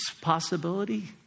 possibility